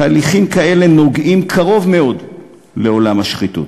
תהליכים כאלה נוגעים קרוב מאוד לעולם השחיתות.